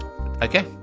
Okay